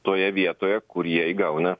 toje vietoje kur jie įgauna